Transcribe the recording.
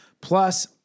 plus